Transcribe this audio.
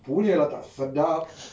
punya lah tak sedap